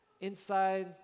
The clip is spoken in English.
inside